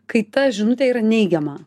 kai ta žinutė yra neigiama